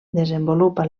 desenvolupa